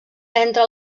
entra